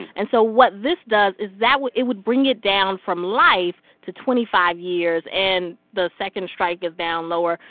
and so what this does is that it would bring it down from life to twenty five years. and the second strike is down lower.